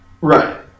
Right